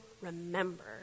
remember